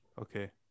Okay